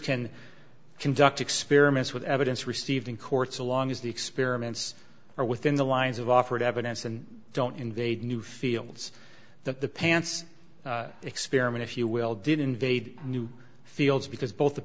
can conduct experiments with evidence received in court so long as the experiments are within the lines of offered evidence and don't invade new fields that the pants experiment if you will did invade new fields because both